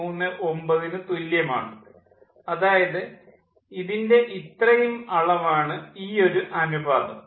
239 ന് തുല്യമാണ് അതായത് ഇതിൻ്റെ ഇത്രയും അളവാണ് ഈയൊരു അനുപാതം